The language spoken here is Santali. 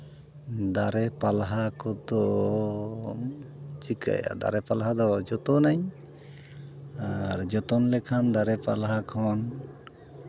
ᱫᱟᱨᱮ ᱯᱟᱞᱦᱟ ᱠᱚᱫᱚᱢ ᱪᱤᱠᱟᱹᱭᱟ ᱫᱟᱨᱮ ᱯᱟᱞᱦᱟ ᱫᱟᱨᱮ ᱯᱟᱞᱦᱟ ᱫᱚᱧ ᱡᱚᱛᱚᱱᱟᱹᱧ ᱟᱨ ᱡᱚᱛᱚᱱ ᱞᱮᱠᱷᱟᱱ ᱫᱟᱨᱮ ᱯᱟᱞᱦᱟ ᱠᱷᱚᱱ